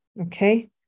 Okay